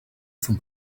from